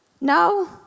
No